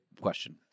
question